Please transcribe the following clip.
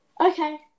Okay